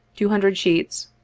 two hundred sheets,